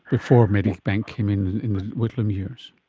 before medibank came in in the whitlam years?